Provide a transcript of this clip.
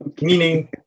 Meaning